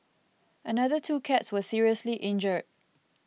another two cats were seriously injured